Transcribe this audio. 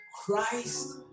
Christ